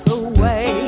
away